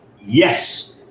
Yes